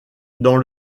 dans